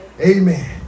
Amen